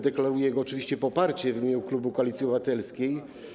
Deklaruję oczywiście jego poparcie w imieniu klubu Koalicji Obywatelskiej.